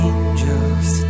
Angels